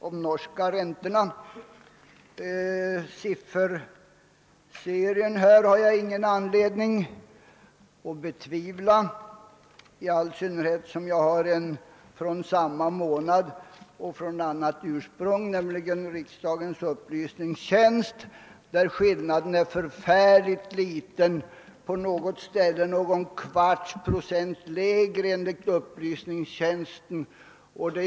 Sifferserien beträffande de norska räntorna har jag ingen anledning att betvivla, i synnerhet som jag till mitt förfogande har en annan sammanställning från samma månad men av annat ursprung, nämligen från riksdagens upplysningstjänst. Skillnaden är mycket liten. På något ställe är räntorna enligt upplysningstjänsten någon kvarts procent lägre.